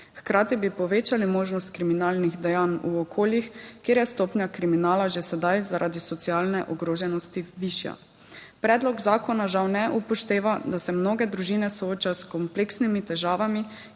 Hkrati bi povečali možnost kriminalnih dejanj v okoljih, kjer je stopnja kriminala že sedaj zaradi socialne ogroženosti višja. Predlog zakona žal ne upošteva, da se mnoge družine soočajo s kompleksnimi težavami,